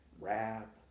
rap